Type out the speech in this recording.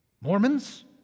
Mormons